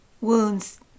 Wounds